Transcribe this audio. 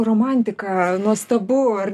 romantika nuostabu ar